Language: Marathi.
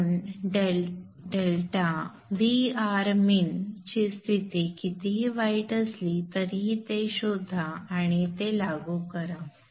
म्हणून डेल्टा Vrmin ची स्थिती कितीही वाईट असली तरी ते शोधा आणि ते लागू करा